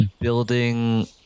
building